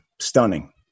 stunning